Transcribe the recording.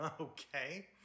Okay